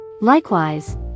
Likewise